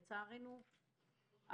לצערנו,